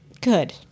Good